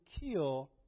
kill